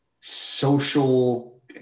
social